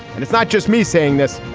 and it's not just me saying this.